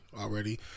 already